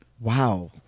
wow